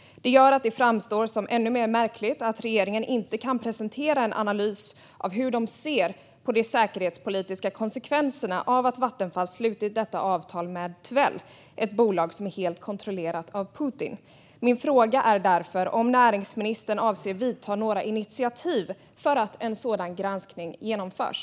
Det gör att det framstår som ännu mer märkligt att regeringen inte kan presentera en analys av hur de ser på de säkerhetspolitiska konsekvenserna av att Vattenfall har slutit detta avtal med Tvel, ett bolag som är helt kontrollerat av Putin. Min fråga är därför om näringsministern avser att vidta några initiativ för att en sådan granskning genomförs.